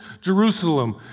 Jerusalem